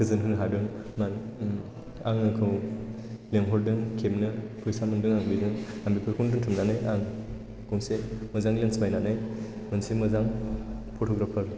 गोजोन होनो हादोंमोन आंखौ लिंहरदों खेबनो फैसा मोनदों आं बेजों आं बेफोरखौनो दोनथुमनानै आं गंसे मोजां लेन्स बायनानै सासे मोजां फट'ग्राफार